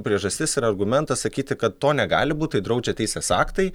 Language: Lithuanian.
priežastis ir argumentas sakyti kad to negali būt tai draudžia teisės aktai